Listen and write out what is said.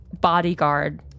bodyguard